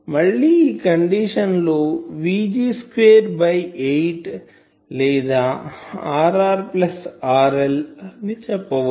మళ్ళి ఈ కండిషన్ లో Vg స్క్వేర్ బై 8 లేదా Rr ప్లస్ RL అని చెప్పవచ్చు